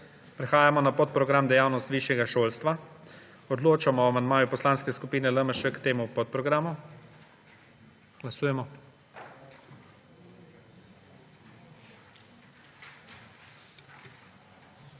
Prehajamo na podprogram Dejavnost višjega šolstva. Odločamo o amandmaju poslanske skupine LMŠ k temu podprogramu. Glasujemo.